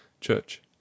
CHURCH